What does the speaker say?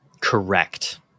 correct